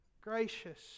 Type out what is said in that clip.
gracious